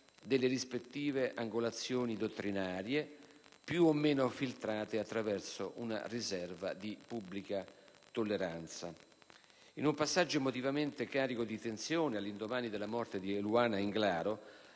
delle rispettive angolazioni dottrinarie, più o meno filtrate attraverso una riserva di pubblica tolleranza. In un passaggio emotivamente carico di tensione, all'indomani della morte di Eluana Englaro,